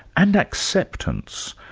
and acceptance.